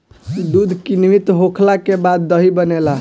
दूध किण्वित होखला के बाद दही बनेला